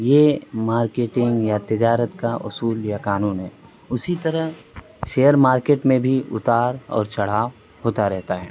یہ مارکیٹنگ یا تجارت کا اصول یا قانون ہے اسی طرح شیئر مارکیٹ میں بھی اتار اور چڑھاؤ ہوتا رہتا ہے